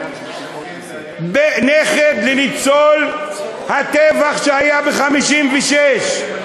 נכד לניצול הטבח שהיה ב-1956.